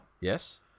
Yes